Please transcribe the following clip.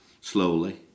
slowly